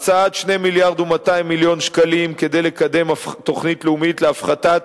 הקצאת 2 מיליארד ו-200 מיליון שקלים כדי לקדם תוכנית לאומית להפחתת